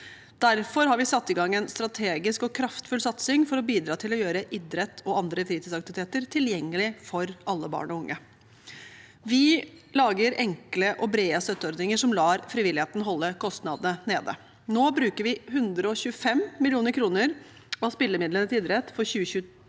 Derfor har vi satt i gang en strategisk og kraftfull satsing for å bidra til å gjøre idrett og andre fritidsaktiviteter tilgjengelig for alle barn og unge. Vi lager enkle og brede støtteordninger som gjør at frivilligheten holder kostnadene nede. Nå bruker vi 125 mill. kr av spillemidlene for 2023